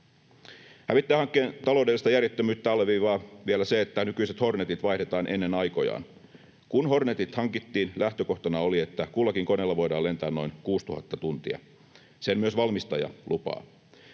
Hävittäjähankkeen taloudellista järjettömyyttä alleviivaa vielä se, että nykyiset Hornetit vaihdetaan ennen aikojaan. Kun Hornetit hankittiin, lähtökohtana oli, että kullakin koneella voidaan lentää noin 6 000 tuntia. Sen myös valmistaja lupaa.